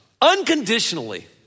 unconditionally